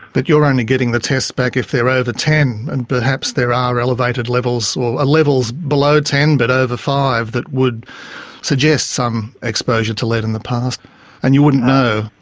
but you're only getting the tests back if they're and over ten and perhaps there are elevated levels or levels below ten but over five that would suggest some exposure to lead in the past and you wouldn't know.